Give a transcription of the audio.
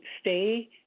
stay